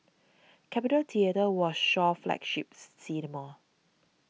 Capitol Theatre was Shaw's flagships cinema